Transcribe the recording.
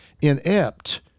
inept